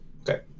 Okay